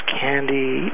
candy